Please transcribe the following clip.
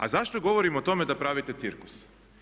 A zašto govorim o tome da pravite cirkus?